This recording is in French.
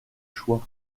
choix